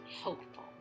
hopeful